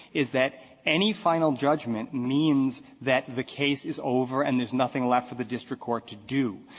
is that any final judgment means that the case is over and there's nothing left for the district court to do.